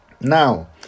Now